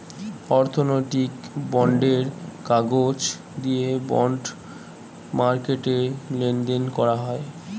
অর্থনৈতিক বন্ডের কাগজ দিয়ে বন্ড মার্কেটে লেনদেন করা হয়